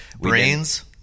brains